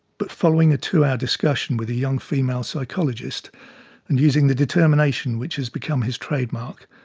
but, following a two hour discussion with a young female psychologist and using the determination which has become his trademark,